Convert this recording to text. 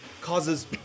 causes